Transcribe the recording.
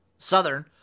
Southern